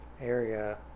area